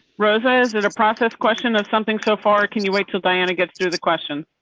rosa. is it a process question of something so far? can you wait till diana get through the question